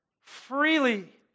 freely